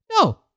No